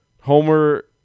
Homer